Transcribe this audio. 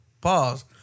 Pause